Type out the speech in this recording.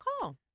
call